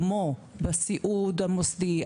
כמו בסיעוד המוסדי,